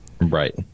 Right